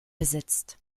besitzt